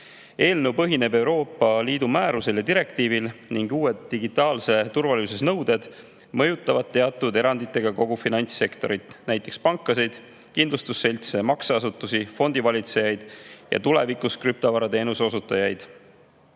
Eelnõu põhineb Euroopa Liidu määrusel ja direktiivil. Uued digitaalse turvalisuse nõuded mõjutavad teatud eranditega kogu finantssektorit, näiteks pankasid, kindlustusseltse, makseasutusi, fondivalitsejaid ja tulevikus ka krüptovarateenuse osutajaid.